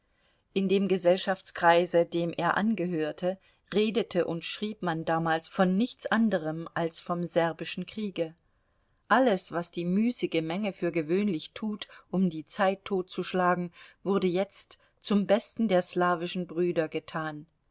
in dem gesellschaftskreise dem er angehörte redete und schrieb man damals von nichts anderem als vom serbischen kriege alles was die müßige menge für gewöhnlich tut um die zeit totzuschlagen wurde jetzt zum besten der slawischen brüder getan